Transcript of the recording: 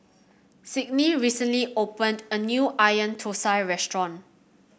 Signe recently opened a new Onion Thosai Restaurant